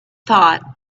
thought